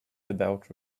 about